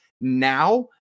now